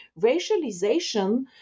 Racialization